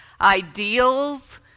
ideals